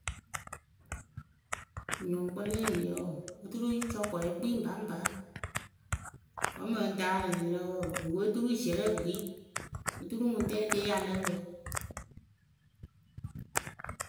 Wɨnyɔŋkpǝ le eniyǝ wǝǝ oturu cɔkɔɛ kpii ŋpaŋpa wǝ́ mɨŋ dalǝnyɩrǝ wǝǝ wɨ we oturu ziɛrǝ gbii. oturu ŋʊŋtɛ ke ya lǝ́ǝ pǝ.